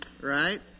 right